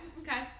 okay